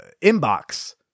inbox